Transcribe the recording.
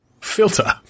Filter